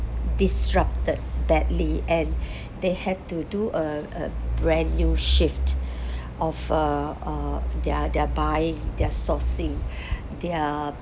disrupted badly and they had to do a a brand new shift of uh uh their their buying their sourcing their